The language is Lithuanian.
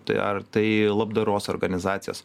tai ar tai labdaros organizacijos